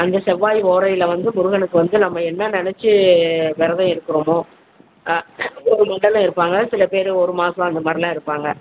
அந்த செவ்வாய் ஓலையில் வந்து முருகனுக்கு வந்து நம்ம என்ன நினச்சி விரத இருக்கிறோமோ ஒரு மண்டலம் இருப்பாங்க சில பேர் ஒரு மாசம் அந்த மாதிரிலாம் இருப்பாங்க